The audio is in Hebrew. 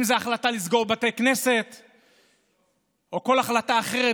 אם זו החלטה לסגור בתי כנסת או כל החלטה אחרת,